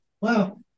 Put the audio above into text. wow